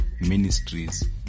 ministries